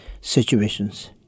situations